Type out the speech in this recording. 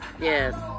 Yes